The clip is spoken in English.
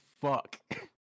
fuck